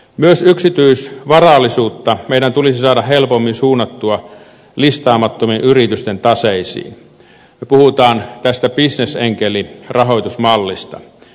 myös yksityisvarallisuutta meidän tulisi saada helpommin suunnattua listaamattomien yritysten taseisiin me puhumme tästä bisnesenkelirahoitusmallista